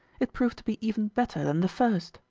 it proved to be even better than the first.